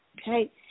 okay